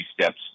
steps